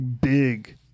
big